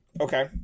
Okay